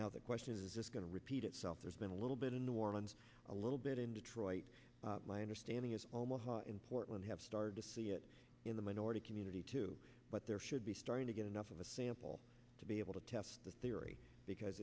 now the question is is this going to repeat itself there's been a little bit in new orleans a little bit in detroit my understanding is almost in portland have started to see it in the minority community but there should be starting to get enough of a sample to be able to test the